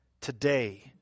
today